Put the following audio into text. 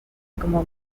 como